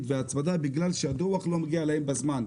והצמדה בגלל שהדוח לא מגיע אליהם בזמן.